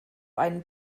einen